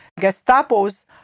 Gestapo's